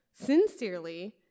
Sincerely